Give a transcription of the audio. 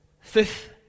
Fifth